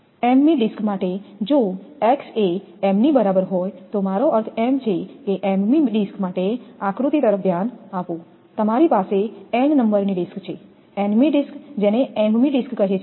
m મી disk માટે જો x એ m ની બરાબર હોય તો મારો અર્થ એમ છે કે m મી ડિસ્ક માટે આકૃતિ તરફ ધ્યાન આપો તમારી પાસે n નંબરની ડિસ્ક છે n મી ડિસ્ક જેને m મી ડિસ્ક કહે છે